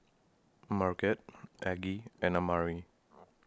Marget Aggie and Amari